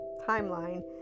timeline